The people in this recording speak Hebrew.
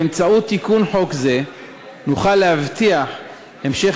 באמצעות תיקון חוק זה נוכל להבטיח המשך